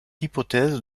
hypothèse